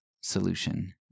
solution